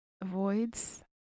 avoids